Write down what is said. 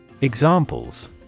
Examples